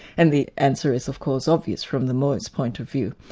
and the answer is of course obvious from the mohist point of view.